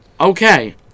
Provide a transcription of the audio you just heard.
okay